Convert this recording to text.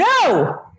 No